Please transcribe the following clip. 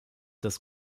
das